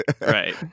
Right